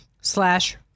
slash